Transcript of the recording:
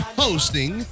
hosting